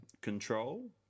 control